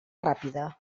ràpida